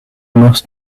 must